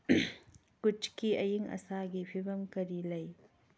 ꯀꯨꯠꯆꯒꯤ ꯑꯌꯤꯡ ꯑꯁꯥꯒꯤ ꯐꯤꯕꯝ ꯀꯔꯤ ꯂꯩ